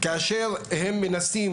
כאשר הם מנסים,